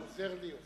הוא עוזר לי.